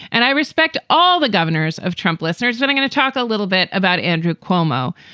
and i respect all the governors of trump listeners. but i've got to talk a little bit about andrew cuomo.